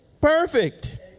perfect